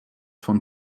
von